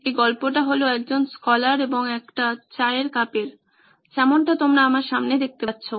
এই গল্পটা হল একজন স্কলার এবং একটা চায়ের কাপের যেমনটা তোমরা আমার সামনে দেখতে পাচ্ছো